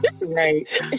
right